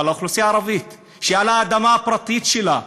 אבל האוכלוסייה הערבית, שהיא על האדמה הפרטית שלה,